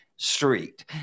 Street